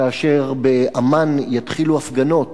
כאשר בעמאן יתחילו הפגנות